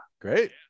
great